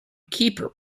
keeper